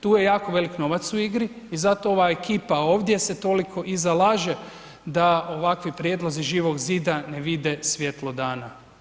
Tu je jako veliki novac u igri i zato ova ekipa ovdje se toliko i zalaže da ovakvi prijedlozi Živog zida ne vide svjetlo dana.